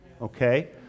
okay